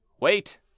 Wait